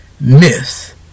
Miss